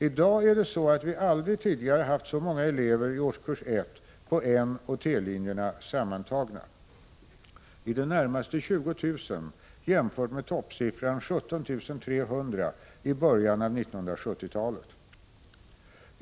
I dag är det så att vi aldrig tidigare haft så många elever i årskurs 1 på N och T-linjerna sammantagna, i det närmaste 20 000, vilket kan jämföras med toppsiffran 17 300 i början av 1970-talet.